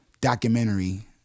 documentary